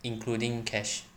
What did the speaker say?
including cash